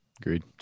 Agreed